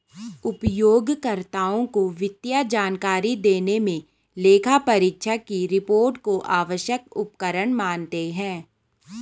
उपयोगकर्ताओं को वित्तीय जानकारी देने मे लेखापरीक्षक की रिपोर्ट को आवश्यक उपकरण मानते हैं